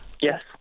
Yes